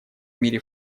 мире